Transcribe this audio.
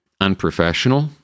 unprofessional